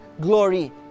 glory